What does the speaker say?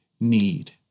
need